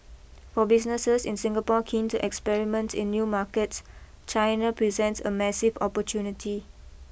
for businesses in Singapore keen to experiment in new markets China presents a massive opportunity